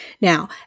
Now